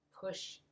push